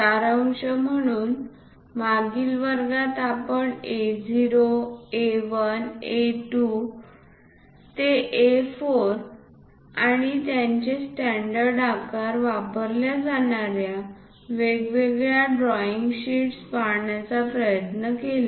सारांश म्हणून मागील वर्गात आपण A0 A1 A2 ते A4 आणि त्यांचे स्टॅण्डर्ड आकार वापरल्या जाणार्या वेगवेगळ्या ड्रॉईंग शीट्स पाहण्याचा प्रयत्न केला